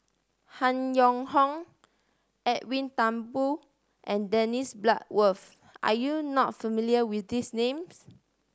Han Yong Hong Edwin Thumboo and Dennis Bloodworth are you not familiar with these names